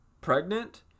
pregnant